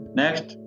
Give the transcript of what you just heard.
next